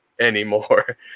Anymore